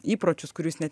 įpročius kurių jis net